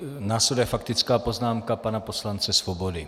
Následuje faktická poznámka pana poslance Svobody.